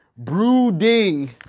Brooding